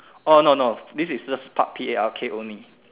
oh no no this is just Park P A R K only